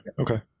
okay